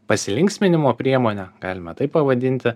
pasilinksminimo priemonę galime taip pavadinti